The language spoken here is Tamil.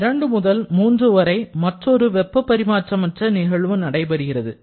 2 முதல் 3 வரை மற்றொரு வெப்ப பரிமாற்ற மற்ற நிகழ்வு நடைபெறுகிறது